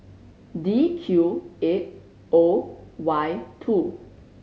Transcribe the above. D Q eight O Y two